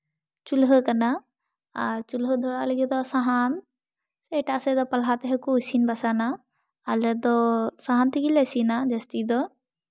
ᱪᱩᱞᱦᱟᱹ ᱠᱟᱱᱟ ᱟᱨ ᱪᱩᱞᱦᱟᱹ ᱫᱷᱚᱨᱟᱣ ᱞᱟᱹᱜᱤᱫ ᱫᱚ ᱥᱟᱦᱟᱱ ᱥᱮ ᱮᱴᱟᱜ ᱥᱮᱫ ᱫᱚ ᱯᱟᱞᱦᱟ ᱛᱮᱦᱚᱸ ᱠᱚ ᱤᱥᱤᱱ ᱵᱟᱥᱟᱝᱟ ᱟᱞᱮ ᱫᱚ ᱥᱟᱦᱟᱱ ᱛᱮᱜᱮᱞᱮ ᱤᱥᱤᱱᱟ ᱡᱟᱹᱥᱛᱤ ᱫᱚ